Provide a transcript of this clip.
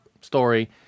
story